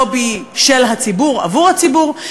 לובי של הציבור עבור הציבור,